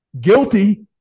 Guilty